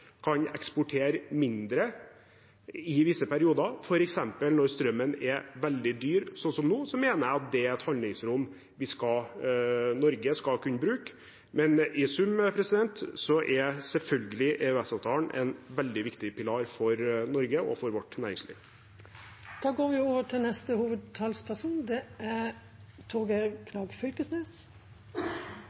kan eksportere mindre i visse perioder – f.eks. når strømmen er veldig dyr, som nå – mener jeg det er et handlingsrom Norge skal kunne bruke. Men i sum er selvfølgelig EØS-avtalen en veldig viktig pilar for Norge og for vårt næringsliv. Replikkordskiftet er omme. Vi har mykje å diskutere for tida. Det finst utfordringar på nesten alle samfunnsområde for augeblikket. Utgangspunktet for SVs næringspolitikk er